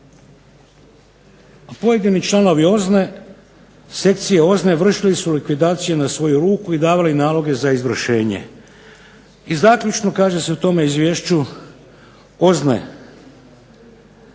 A pojedini članovi OZNA-e, sekcije OZNA-e, vršili su likvidacije na svoju ruku i davali naloge za izvršenje." I zaključno kaže se u tome izvješću OZNA-e: